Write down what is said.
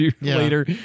later